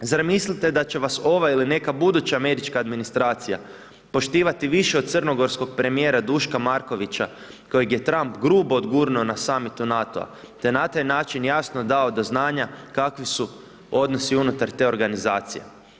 Zar mislite da će vas ova ili neka buduća američka administracija poštivati više od crnogorskog premijera Duška Markovića kojeg je Trump grubo odgurnuo na Summitu NATO-a te na taj način jasno dao do znanja kakvi su odnosi unutar te organizacije?